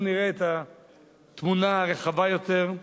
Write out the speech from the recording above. בואו נראה את התמונה הרחבה יותר,